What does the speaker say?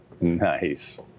Nice